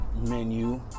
menu